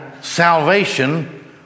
salvation